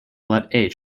let